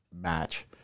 match